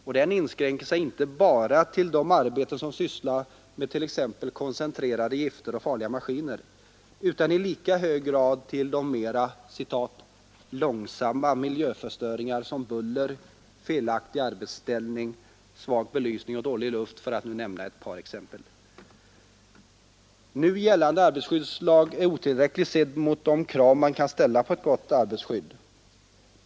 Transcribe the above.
Och de inskränker sig inte bara till de arbeten som sysslar t.ex. med koncentrerade gifter och farliga maskiner utan i lika hög grad till mera ”långsamma” miljöförstöringar som buller, felaktig arbetsställning, svag belysning och dålig luft för att nu nämna några exempel. Nu gällande arbetarskyddslag är otillräcklig sedd mot de krav som man kan ställa på ett gott arbetsskydd.